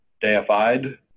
deified